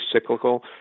cyclical